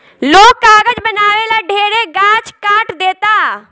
लोग कागज बनावे ला ढेरे गाछ काट देता